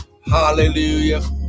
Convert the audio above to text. hallelujah